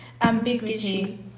Ambiguity